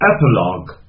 Epilogue